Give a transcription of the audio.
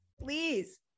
please